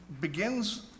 begins